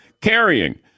carrying